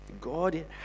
God